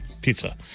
pizza